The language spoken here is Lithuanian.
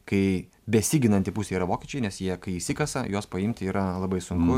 kai besiginanti pusė yra vokiečiai nes jie kai išsikasa juos paimti yra labai sunku